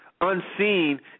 unseen